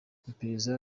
iperereza